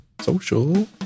social